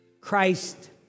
Christ